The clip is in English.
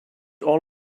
all